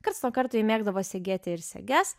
karts nuo karto ji mėgdavo segėti ir seges